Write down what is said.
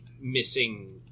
missing